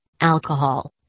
alcohol